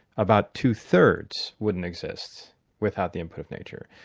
about two-thirds wouldn't exist without the input of nature,